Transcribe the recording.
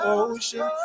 ocean